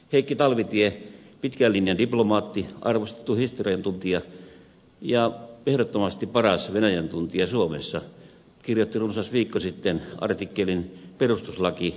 heikki talvitie pitkän linjan diplomaatti arvostettu historiantuntija ja ehdottomasti paras venäjän tuntija suomessa kirjoitti runsas viikko sitten artikkelin perustuslaki ja suvereniteetti